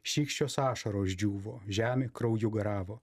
šykščios ašaros džiūvo žemė krauju garavo